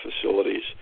facilities